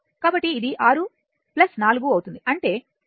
కాబట్టి ఇది 6 4 అవుతుంది అంటే Ω అంటే 10Ω